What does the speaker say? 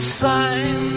sign